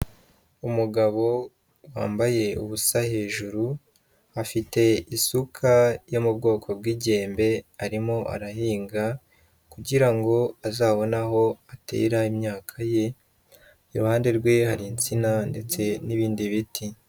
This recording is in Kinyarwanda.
Umugabo wambaye ubusa hejuru, afite isuka yo mu bwoko bw'ijyembe arimo arahinga, kugira ngo azabone aho atera imyaka ye, iruhande rwe hari insina ndetse n'ibindi biti.